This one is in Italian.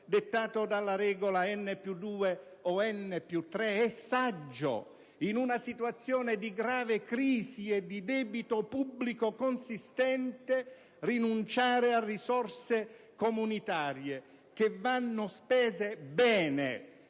dettato dalla regola «n+2» o «n+3»? È saggio, in una situazione di grave crisi e di debito pubblico consistente, rinunciare a risorse comunitarie che vanno spese bene